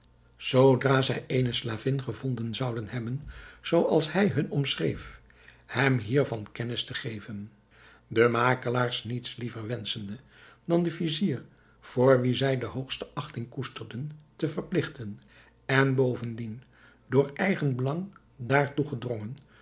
zoodra zij eene slavin gevonden zouden hebben zooals hij hun omschreef hem hiervan kennis te geven de makelaars niets liever wenschende dan den vizier voor wien zij de hoogste achting koesterden te verpligten en bovendien door eigenbelang daartoe gedrongen